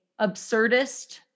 absurdist